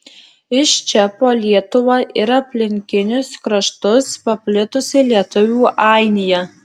iš čia po lietuvą ir aplinkinius kraštus paplitusi lietuvių ainija